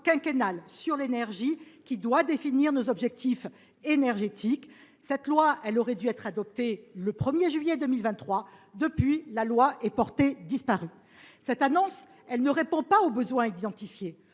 sur l’énergie doit fixer nos objectifs énergétiques. Un tel texte aurait dû être voté le 1 juillet 2023, mais il est porté disparu. Cette annonce ne répond pas aux besoins identifiés.